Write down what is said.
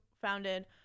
founded